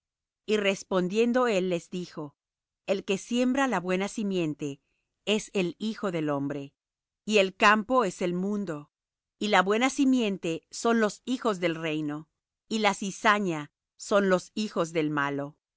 y respondiendo él les dijo el que siembra la buena simiente es el hijo del hombre y el campo es el mundo y la buena simiente son los hijos del reino y la cizaña son los hijos del malo y el